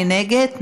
מי נגד?